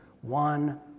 one